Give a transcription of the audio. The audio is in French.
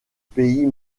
pays